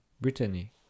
Brittany